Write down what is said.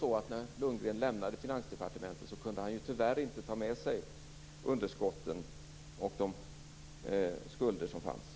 När Lundgren lämnade Finansdepartementet kunde han ju tyvärr inte ta med sig de underskott och skulder som fanns.